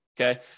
okay